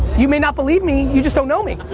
you may not believe me, you just don't know me.